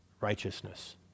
righteousness